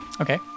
Okay